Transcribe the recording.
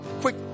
quick